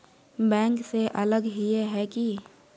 Bank से अलग हिये है की?